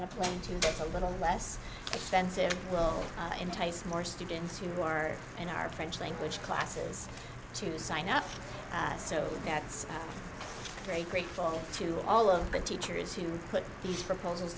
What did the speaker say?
on a plane to get a little less expensive will entice more students who are in our french language classes to sign up so that's very grateful to all of the teachers who put these proposals